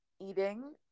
eating